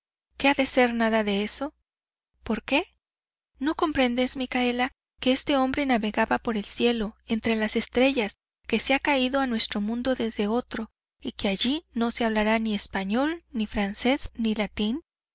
ser nada de eso por qué no comprendes micaela que este hombre navegaba por el cielo entre las estrellas que se ha caído a nuestro mundo desde otro y que allí no se hablará ni español ni francés ni latín